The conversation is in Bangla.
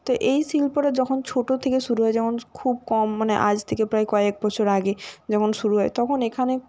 তো এই শিল্পটা যখন ছোট থেকে শুরু হয় যেমন খুব কম মানে আজ থেকে প্রায় কয়েক বছর আগে যখন শুরু হয় তখন এখানে